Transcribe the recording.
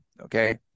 Okay